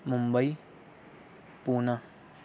Mumbai Poona